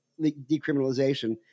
decriminalization